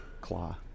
Claw